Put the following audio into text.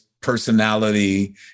personality